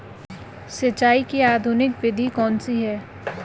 सिंचाई की आधुनिक विधि कौन सी है?